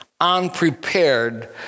unprepared